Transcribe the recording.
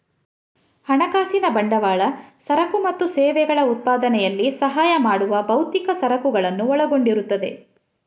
ಹಣಕಾಸಿನ ಬಂಡವಾಳ ಸರಕು ಮತ್ತು ಸೇವೆಗಳ ಉತ್ಪಾದನೆಯಲ್ಲಿ ಸಹಾಯ ಮಾಡುವ ಭೌತಿಕ ಸರಕುಗಳನ್ನು ಒಳಗೊಂಡಿರುತ್ತದೆ